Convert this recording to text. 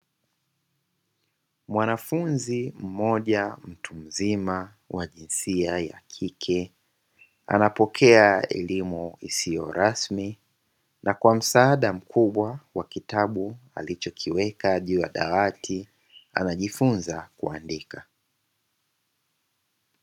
Mwanafunzi mmoja mtu mzima wa jinsia ya kike, anapokea elimu isiyo rasmi na kwa msaada mkubwa wa kitabu alichokiweka juu ya dawati anajifunza kuandika.